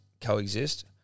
coexist